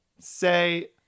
Say